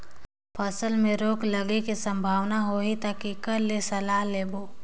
फसल मे रोग लगे के संभावना होही ता के कर ले सलाह लेबो?